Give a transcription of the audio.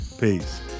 Peace